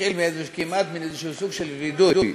אתחיל מאיזה סוג של כמעט וידוי.